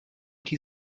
die